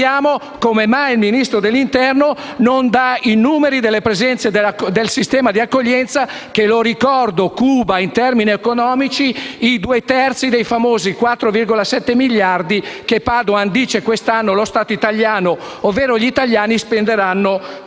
come mai il Ministro dell'interno non inserisca i numeri relativi alle presenze nel sistema di accoglienza che - lo ricordo - cuba, in termini economici, i due terzi dei famosi 4,7 miliardi che Padoan dice quest'anno che lo Stato italiano, ovvero gli italiani, spenderà per